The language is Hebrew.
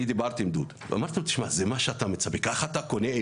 אני דיברתי עם דודו ושאלתי אותו: ״ככה אתה קונה את